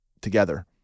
together